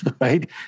right